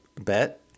bet